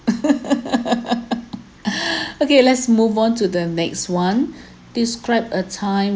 okay let's move on to the next one describe a time